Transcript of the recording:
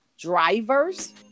drivers